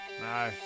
No